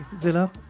Zilla